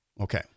Okay